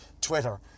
Twitter